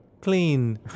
clean